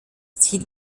ziel